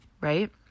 right